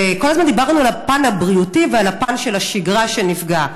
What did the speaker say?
וכל הזמן דיברנו על הפן הבריאותי ועל הפן של השגרה שנפגע.